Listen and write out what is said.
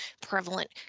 prevalent